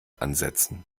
ansetzen